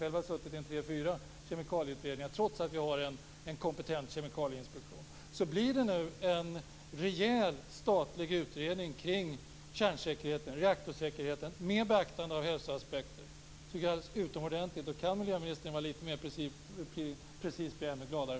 Själv har jag suttit med i tre eller fyra kemikalieutredningar, trots att det finns en kompetent kemikalieinspektion. Blir det nu en rejäl statlig utredning kring reaktorsäkerheten med beaktande av hälsoaspekterna är det utomordentligt bra. Och kan miljöministern vara lite mer precis blir jag ännu gladare.